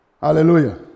Hallelujah